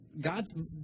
God's